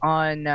on